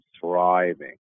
thriving